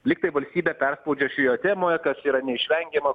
lyg tai valstybė perspaudžia šioje temoje kas yra neišvengiama